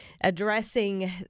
Addressing